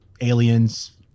aliens